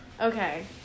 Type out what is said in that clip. okay